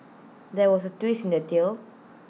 there was A twist in the tale